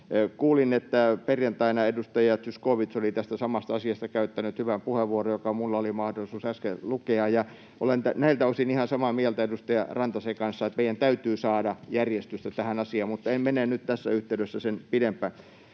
Kuulin, että perjantaina edustaja Zyskowicz oli tästä samasta asiasta käyttänyt hyvän puheenvuoron, joka minulla oli mahdollisuus äsken lukea. Olen näiltä osin ihan samaa mieltä edustaja Rantasen kanssa, että meidän täytyy saada järjestystä tähän asiaan, mutta en mene nyt tässä yhteydessä sen pidemmälle.